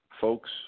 folks